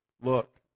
Look